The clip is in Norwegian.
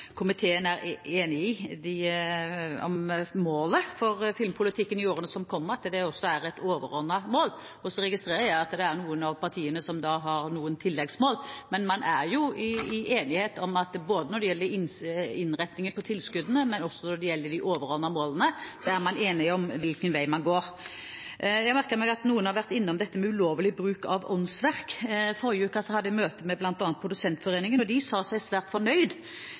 komiteen enig om målet for filmpolitikken i årene som kommer, og at det er et overordnet mål. Så registrerer jeg at det er noen av partiene som har noen tilleggsmål, men man er jo enige – når det gjelder både innrettingen på tilskuddene og de overordnede målene – om hvilken vei man går. Jeg merket meg at noen var inne på dette med ulovlig bruk av åndsverk. I forrige uke hadde jeg møte med bl.a. Produsentforeningen, og de sa seg svært fornøyd